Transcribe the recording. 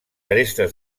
arestes